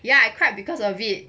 ya I cried because of it